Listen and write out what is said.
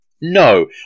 No